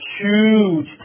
huge